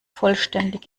vollständig